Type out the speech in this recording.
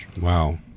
Wow